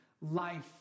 life